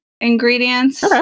ingredients